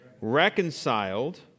reconciled